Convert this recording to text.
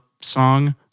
song